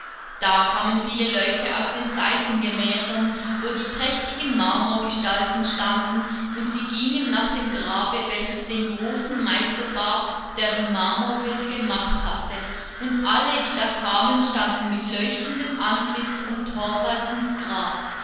da kamen viele leute aus den seitengemächern wo die prächtigen marmorgestalten standen und sie gingen nach dem grabe welches den großen meister barg der die marmorbilder gemacht hatte und alle die da kamen standen mit leuchtendem antlitz um thorwaldsens grab